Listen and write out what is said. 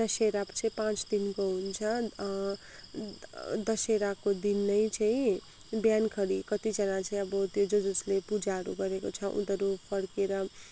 दसेरापछि पाँच दिनको हुन्छ दसेराको दिनै चाहिँ बिहानखेरि कतिजना चाहिँ अब त्यो जजसले पूजाहरू गरेको छ उनीहरू फर्केर